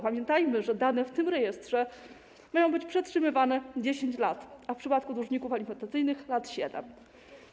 Pamiętajmy, że dane w tym rejestrze mają być przetrzymywane przez 10 lat, a w przypadku dłużników alimentacyjnych - 7 lat.